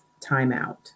timeout